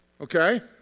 Okay